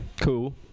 cool